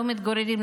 לא מתגוררים,